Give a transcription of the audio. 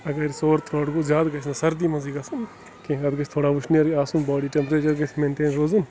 اَگر یہِ sore throat گوٚو نہٕ زیادٕ گژھِ نہٕ سردی منٛزٕے گژھُن کیٚںٛہہ اَتھ گَژھِ تھوڑا وٕشنیٖر ہیوٗ آسُن باڈی ٹٮ۪مپرٛیچَر گژھِ مٮ۪نٹین روزُن